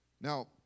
Now